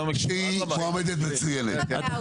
אם היא מועמדת מצוינת שתיבחר, למה לא?